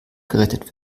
gerettet